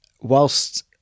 whilst